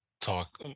talk